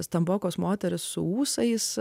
stambokos moterys su ūsais